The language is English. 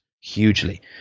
hugely